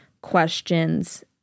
questions